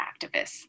activists